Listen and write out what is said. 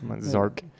Zark